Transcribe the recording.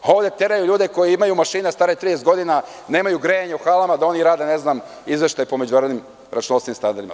Ovde teraju ljude koji imaju mašine stare 30 godina, nemaju grejanje u halama, da oni rade izveštaj po međunarodnim računovodstvenim standardima.